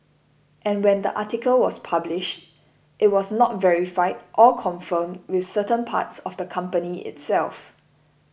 and when the article was published it was not verified or confirmed with certain parts of the company itself